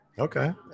Okay